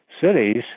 cities